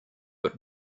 but